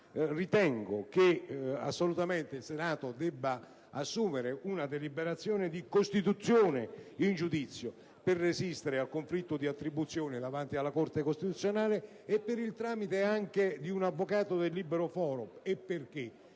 ritengo che assolutamente il Senato debba assumere una deliberazione di costituzione in giudizio per resistere nel conflitto di attribuzione davanti alla Corte costituzionale, e per il tramite anche di un avvocato del libero foro, perché